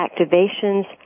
activations